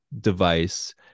device